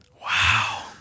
Wow